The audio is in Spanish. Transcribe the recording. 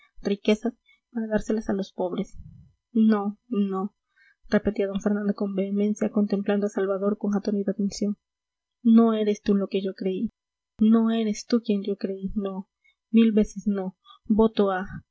riquezas para dárselas a los pobres no no repetía d fernando con vehemencia contemplando a salvador con atónita atención no eres tú lo que yo creí no eres tú quien yo creí no mil veces no voto a